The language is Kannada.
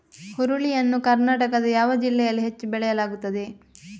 ಹುರುಳಿ ಯನ್ನು ಕರ್ನಾಟಕದ ಯಾವ ಜಿಲ್ಲೆಯಲ್ಲಿ ಹೆಚ್ಚು ಬೆಳೆಯಲಾಗುತ್ತದೆ?